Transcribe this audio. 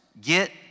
Get